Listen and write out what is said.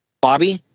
Bobby